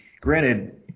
Granted